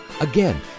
Again